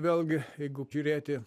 vėlgi jeigu žiūrėti